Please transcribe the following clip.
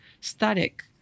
static